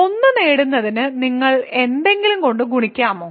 1 നേടുന്നതിന് നിങ്ങൾക്ക് എന്തെങ്കിലും കൊണ്ട് ഗുണിക്കാമോ